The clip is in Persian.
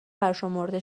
برشمرده